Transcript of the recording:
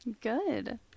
good